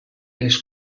les